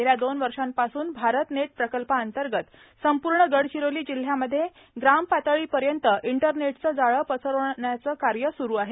गेल्या दोन वर्षापासून भारत नेट प्रकल्पांतर्गत संपूर्ण गडचिरोली जिल्ह्यामध्ये ग्राम पातळीपर्यंत इंटरनेटचे जाळे पसरविण्याचे कार्य सुरू आहे